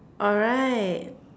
alright